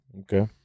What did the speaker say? Okay